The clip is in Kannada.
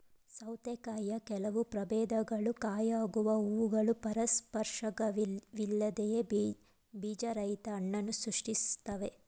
ಸೌತೆಕಾಯಿಯ ಕೆಲವು ಪ್ರಭೇದಗಳು ಕಾಯಾಗುವ ಹೂವುಗಳು ಪರಾಗಸ್ಪರ್ಶವಿಲ್ಲದೆಯೇ ಬೀಜರಹಿತ ಹಣ್ಣನ್ನು ಸೃಷ್ಟಿಸ್ತವೆ